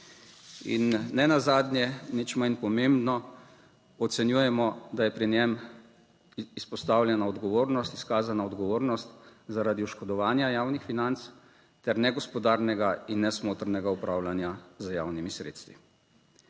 In nenazadnje, nič manj pomembno ocenjujemo, da je pri njem izpostavljena odgovornost, **7. TRAK (VI) 9.30** (nadaljevanje) izkazana odgovornost zaradi oškodovanja javnih financ ter negospodarnega in nesmotrnega upravljanja z javnimi sredstvi.